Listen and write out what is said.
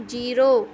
zero